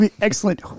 Excellent